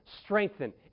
strengthen